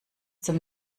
zum